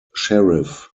sheriff